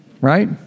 right